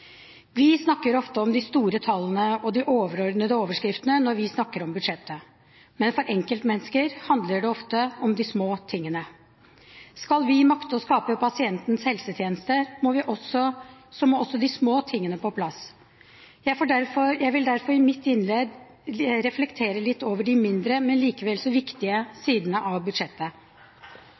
Vi snakker ofte om de store tallene og de overordnede overskriftene når vi snakker om budsjettet, men for enkeltmennesker handler det ofte om de små tingene. Skal vi makte å skape pasientens helsetjenester, må også de små tingene på plass. Jeg vil derfor i mitt innlegg reflektere litt over de mindre, men allikevel så viktige sidene av budsjettet.